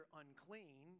unclean